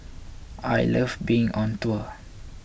I love being on tour